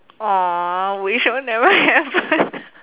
!wah! which will never happen